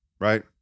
right